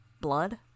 Blood